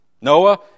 Noah